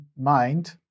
mind